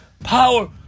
Power